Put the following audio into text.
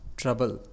trouble